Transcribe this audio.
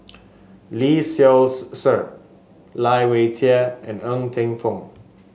Lee Seow Ser Lai Weijie and Ng Teng Fong